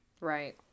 right